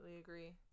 agree